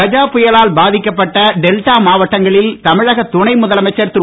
கஜா புயலால் பாதிக்கப்பட்ட டெல்டா மாவட்டங்களில் தமிழக துணை முதலமைச்சர் திரு